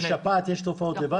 בשפעת יש תופעות לוואי?